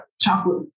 chocolate